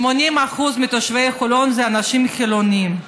80% מתושבי חולון זה אנשים חילונים.